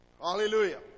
Hallelujah